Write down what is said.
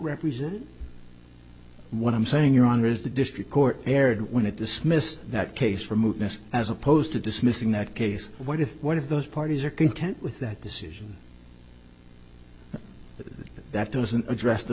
represent what i'm saying your honor is the district court erred when it dismissed that case for movement as opposed to dismissing that case what if what if those parties are content with that decision but that doesn't address the